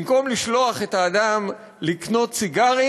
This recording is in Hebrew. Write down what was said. במקום לשלוח את האדם לקנות סיגרים,